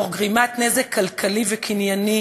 תוך גרימת נזק כלכלי וקנייני,